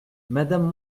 madame